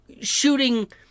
shooting